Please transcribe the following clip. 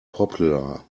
popular